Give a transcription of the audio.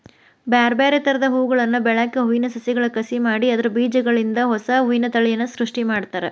ಬ್ಯಾರ್ಬ್ಯಾರೇ ತರದ ಹೂಗಳನ್ನ ಬೆಳ್ಯಾಕ ಹೂವಿನ ಸಸಿಗಳ ಕಸಿ ಮಾಡಿ ಅದ್ರ ಬೇಜಗಳಿಂದ ಹೊಸಾ ಹೂವಿನ ತಳಿಯನ್ನ ಸೃಷ್ಟಿ ಮಾಡ್ತಾರ